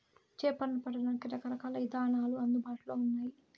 చేపలను పట్టడానికి రకరకాల ఇదానాలు అందుబాటులో ఉన్నయి